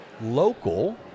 local